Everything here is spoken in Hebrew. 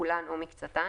כולן או מקצתן,